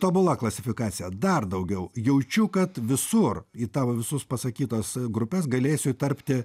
ir tobula klasifikacija dar daugiau jaučiu kad visur į tavo visus pasakytas grupes galėsiu įterpti